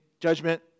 judgment